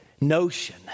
notion